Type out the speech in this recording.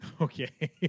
Okay